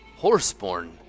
Horseborn